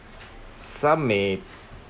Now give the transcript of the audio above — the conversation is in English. some may